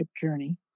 journey